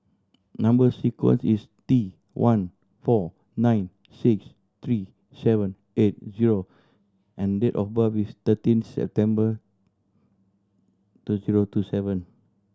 number sequence is T one four nine six three seven eight zero and date of birth is thirteen September two zero two seven